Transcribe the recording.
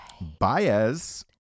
Baez